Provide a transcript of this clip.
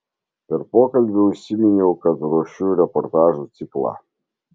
per pokalbį užsiminiau kad ruošiu reportažų ciklą